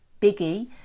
biggie